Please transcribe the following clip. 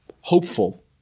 hopeful